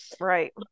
Right